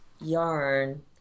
yarn